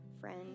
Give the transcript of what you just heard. friend